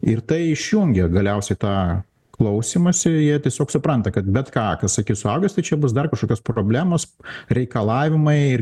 ir tai išjungia galiausiai tą klausymąsi jie tiesiog supranta kad bet ką kas sakys suaugęs tai čia bus dar kažkokios problemos reikalavimai ir